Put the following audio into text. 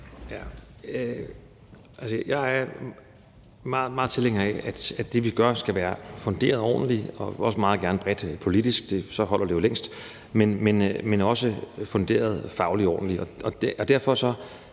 Jeg er meget stor tilhænger af, at det, vi gør, skal være funderet ordentligt og også meget gerne bredt politisk, for så holder det jo længst. Det skal være funderet fagligt ordentligt.